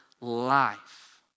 life